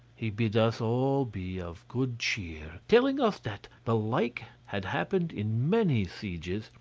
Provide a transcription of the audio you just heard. he bid us all be of good cheer, telling us that the like had happened in many sieges,